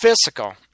physical